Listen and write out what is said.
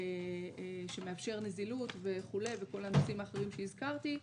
שמאפשר נזילות וכו' וכל הנושאים האחרים שהזכרתי,